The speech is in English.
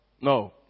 no